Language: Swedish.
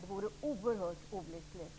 Det vore oerhört olyckligt.